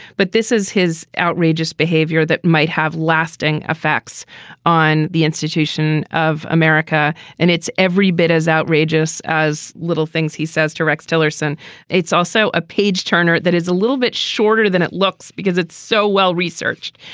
but this is his outrageous behavior that might have lasting effects on the institution of america. and it's every bit as outrageous as little things he says to rex tillerson it's also a page turner that is a little bit shorter than it looks because it's so well-researched.